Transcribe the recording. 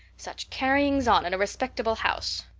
such carryings on in a respectable house!